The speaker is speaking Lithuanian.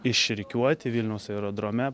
išrikiuoti vilniaus aerodrome